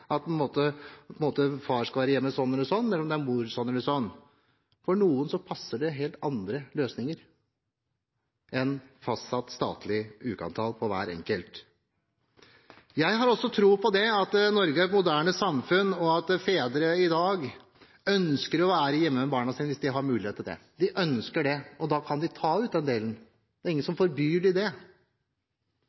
far skal være hjemme sånn eller sånn, eller mor skal være hjemme sånn eller sånn. For noen passer helt andre løsninger enn fastsatt, statlig ukeantall for hver enkelt. Jeg har også tro på at Norge er et moderne samfunn, og at fedre i dag ønsker å være hjemme med barna sine hvis de har mulighet til det. De ønsker det, og da kan de ta ut den delen. Det er ingen som forbyr dem det.